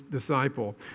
disciple